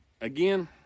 again